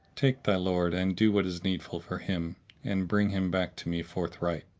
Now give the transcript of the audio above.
take thy lord, and do what is needful for him and bring him back to me forthright.